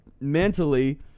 mentally